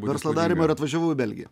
verslo darymo ir atvažiavau į belgiją